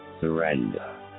Surrender